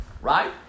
right